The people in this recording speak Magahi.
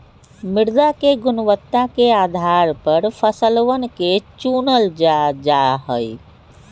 मृदा के गुणवत्ता के आधार पर फसलवन के चूनल जा जाहई